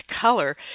color